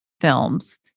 films